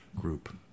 group